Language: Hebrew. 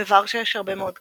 בוורשה יש הרבה מאוד כנסיות,